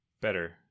better